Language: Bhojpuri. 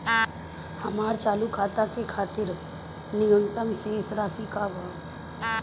हमार चालू खाता के खातिर न्यूनतम शेष राशि का बा?